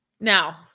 Now